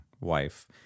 wife